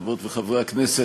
חברות וחברי הכנסת,